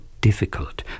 difficult